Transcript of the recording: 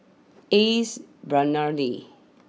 Ace Brainery